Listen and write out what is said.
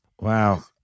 Wow